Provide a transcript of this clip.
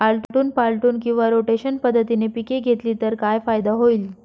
आलटून पालटून किंवा रोटेशन पद्धतीने पिके घेतली तर काय फायदा होईल?